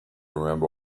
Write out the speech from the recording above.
remember